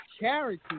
charity